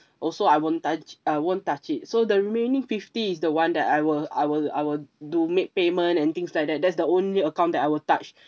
also I won't touch I won't touch it so the remaining fifty is the one that I will I will I will do make payment and things like that that's the only account that I will touch